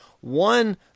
One